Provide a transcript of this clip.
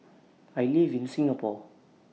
I live in Singapore